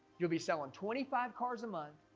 you'll be selling twenty five cars a month.